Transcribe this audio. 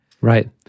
Right